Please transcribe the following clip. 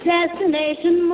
Destination